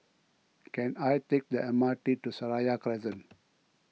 can I take the M R T to Seraya Crescent